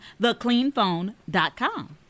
thecleanphone.com